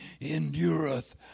endureth